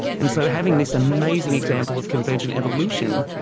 and so having this amazing example of convergent evolution,